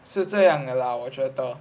是这样的 lah 我觉得